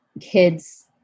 kids